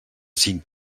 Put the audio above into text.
cinc